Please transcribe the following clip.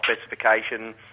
specification